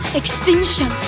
extinction